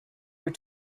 were